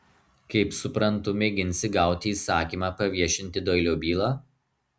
kaip suprantu mėginsi gauti įsakymą paviešinti doilio bylą